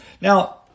Now